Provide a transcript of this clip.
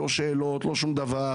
לא היו שאלות ולא שום דבר.